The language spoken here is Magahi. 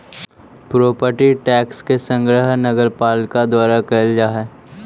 प्रोपर्टी टैक्स के संग्रह नगरपालिका द्वारा कैल जा हई